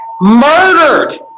Murdered